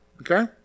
okay